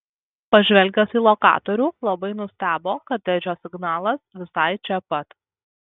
pažvelgęs į lokatorių labai nustebo kad edžio signalas visai čia pat